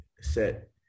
set